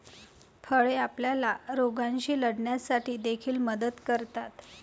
फळे आपल्याला रोगांशी लढण्यासाठी देखील मदत करतात